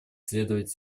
следовать